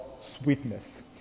sweetness